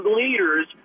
leaders